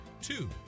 Two